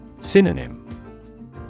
Synonym